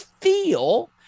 feel